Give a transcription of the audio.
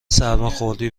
سرماخوردی